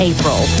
April